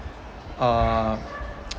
uh